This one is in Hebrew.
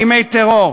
בימי טרור.